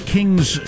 Kings